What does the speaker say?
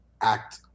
act